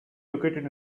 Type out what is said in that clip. located